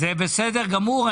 זה בסדר גמור.